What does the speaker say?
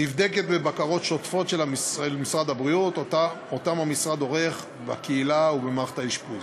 נבדקת בבקרות שוטפות שמשרד הבריאות עורך בקהילה ובמערכת האשפוז.